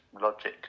logic